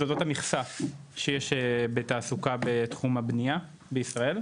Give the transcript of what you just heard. זאת המכסה לתעסוקה בתחום הבנייה בישראל.